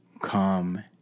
Come